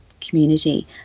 community